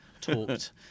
talked